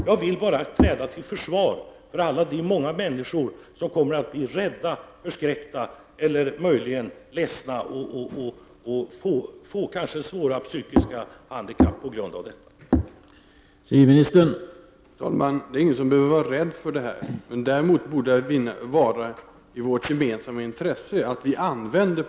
Jag vill bara skrida till försvar för de många människor som kommer att bli rädda, förskräckta eller möjligen ledsna och få svåra psykiska handikapp på grund av det system vi diskuterar.